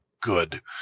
good